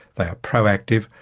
they are proactive,